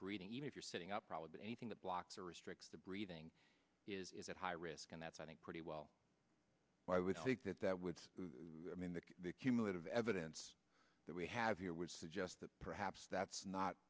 breeding even if you're sitting up probably anything that blocks or restricts the breathing is at high risk and that's i think pretty well i would think that that would mean that the cumulative evidence that we have you would suggest that perhaps that's not